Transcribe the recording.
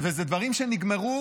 אלה דברים שנגמרו